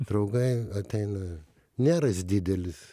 draugai ateina nėra jis didelis